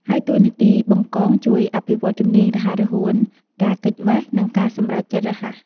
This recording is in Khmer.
ហើយតួនាទីបង្កង ជួយអភិវឌ្ឍជំនាញរហ័សរហួន ការគេចវេះ និងការសម្រេចចិត្តរហ័ស។